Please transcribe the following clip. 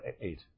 eight